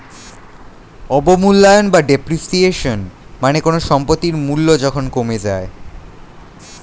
অবমূল্যায়ন বা ডেপ্রিসিয়েশন মানে কোনো সম্পত্তির মূল্য যখন কমে যায়